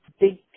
big